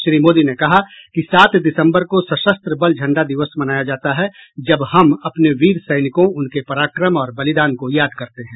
श्री मोदी ने कहा कि सात दिसम्बर को सशस्त्र बल झण्डा दिवस मनाया जाता है जब हम अपने वीर सैनिकों उनके पराक्रम और बलिदान को याद करते हैं